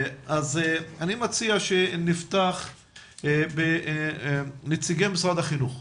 אני מציע שנפתח עם נציגי משרד החינוך.